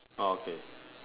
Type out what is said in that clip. ah okay